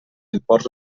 imports